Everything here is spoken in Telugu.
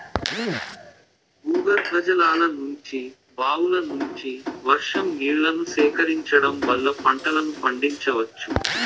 భూగర్భజలాల నుంచి, బావుల నుంచి, వర్షం నీళ్ళను సేకరించడం వల్ల పంటలను పండించవచ్చు